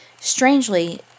Strangely